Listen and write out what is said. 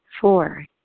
Four